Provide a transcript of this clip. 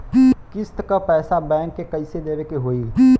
किस्त क पैसा बैंक के कइसे देवे के होई?